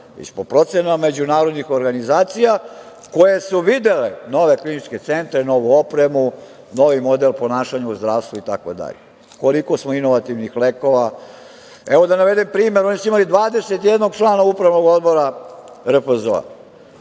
već po procenama međunarodnih organizacija koje su videle nove kliničke centre, novu opremu, novi model ponašanja u zdravstvu itd, koliko smo inovativnih lekova. Evo da navedem primer, oni su imali 21 člana Upravnog odbora RFZO.